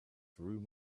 through